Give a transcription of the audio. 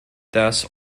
das